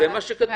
זה מה שכתוב.